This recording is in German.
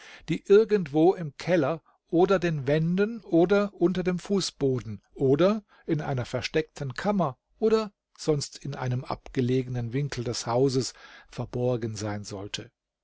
die irgendwo im keller oder den wänden oder unter dem fußboden oder in einer versteckten kammer oder sonst in einem abgelegenen winkel des hauses verborgen sein sollte